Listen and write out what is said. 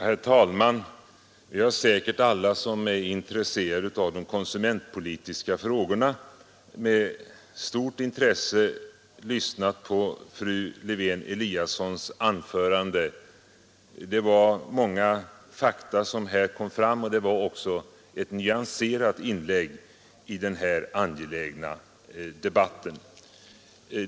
Herr talman! Alla vi som är intresserade av de konsumentpolitiska frågorna har säkert med stort intresse lyssnat till fru Lewén-Eliassons anförande. Det var många fakta som här kom fram, och det var också ett nyanserat inlägg i den här angelägna debatten.